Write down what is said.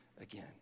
again